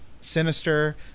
Sinister